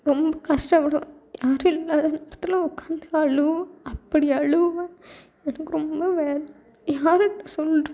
ரொம்ப கஷ்டப்படுவேன் யாரும் இல்லாத நேரத்தில் உட்காந்து அழுவேன் அப்படி அழுவேன் எனக்கு ரொம்ப வேதனை யாருட்ட சொல்கிறது